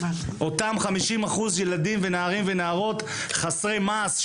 אותם 50% ילדים ונערים ונערות חסרי מעש,